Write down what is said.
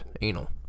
anal